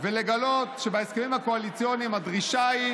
ולגלות שבהסכמים הקואליציוניים הדרישה היא